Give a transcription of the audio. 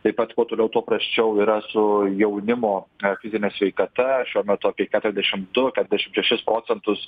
taip pat kuo toliau tuo prasčiau yra su jaunimo fizine sveikata šiuo metu apie keturiasdešimt du keturiasdešim šešis procentus